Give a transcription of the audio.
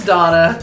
Donna